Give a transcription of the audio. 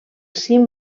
cim